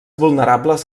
vulnerables